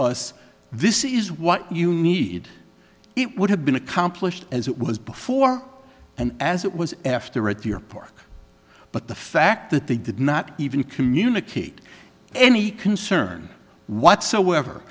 us this is what you need it would have been accomplished as it was before and as it was after at your park but the fact that they did not even communicate any concern whatsoever